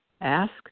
Ask